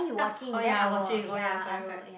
ah oh ya i watching oh ya correct correct